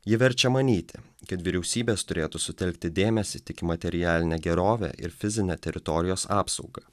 ji verčia manyti kad vyriausybės turėtų sutelkti dėmesį tik į materialinę gerovę ir fizinę teritorijos apsaugą